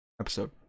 episode